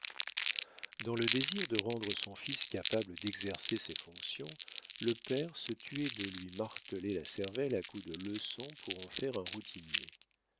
dans le désir de rendre son fils capable d'exercer ses fonctions le père se tuait de lui marteler la cervelle à coups de leçons pour en faire un routinier